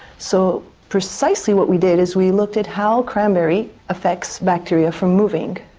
so precisely what we did is we looked at how cranberry affects bacteria from moving.